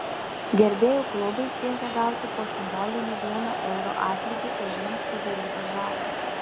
gerbėjų klubai siekia gauti po simbolinį vieno euro atlygį už jiems padarytą žalą